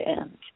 end